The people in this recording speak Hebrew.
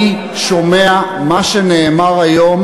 אני שומע מה שנאמר היום,